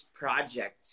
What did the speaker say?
project